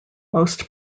most